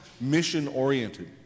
mission-oriented